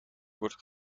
wordt